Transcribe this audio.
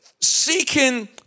seeking